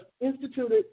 instituted